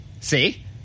See